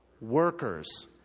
workers